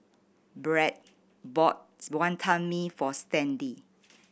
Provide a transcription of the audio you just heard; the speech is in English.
Brad bought Wantan Mee for Stanley